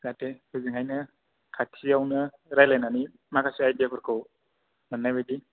जाहाथे होजोंहायनो खाथियावनो रायलायनानै माखासे आइदियाफोरखौ मोननाय बादि